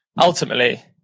ultimately